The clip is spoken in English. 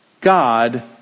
God